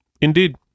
Indeed